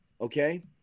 okay